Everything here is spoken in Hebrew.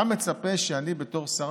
אתה מצפה שאני בתור שר